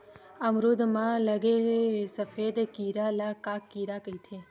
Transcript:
अमरूद म लगे सफेद कीरा ल का कीरा कइथे?